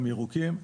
גם ירוקים.